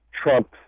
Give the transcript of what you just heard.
Trump